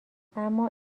اما